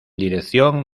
dirección